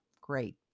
great